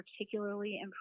particularly